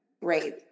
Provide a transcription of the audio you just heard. Great